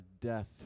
death